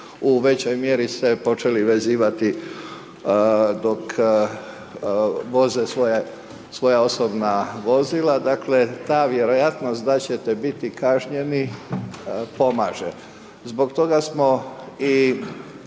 u većoj mjeri se počeli vezivati, dok voze svoja osobna vozila. Dakle, ta vjerojatnost da ćete biti kažnjeni, pomaže. Zbog toga smo i